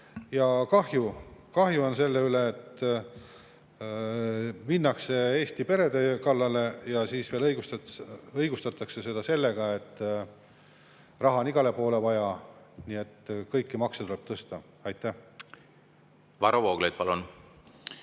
tegevused. Kahju on sellest, et minnakse Eesti perede kallale ja siis veel õigustatakse seda sellega, et raha on igale poole vaja, nii et kõiki makse tuleb tõsta. Varro Vooglaid, palun!